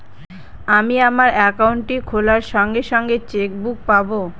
আমি আমার একাউন্টটি খোলার সঙ্গে সঙ্গে চেক বুক পাবো?